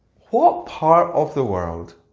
what part of the world,